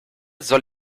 soll